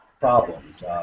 problems